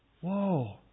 Whoa